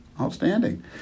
Outstanding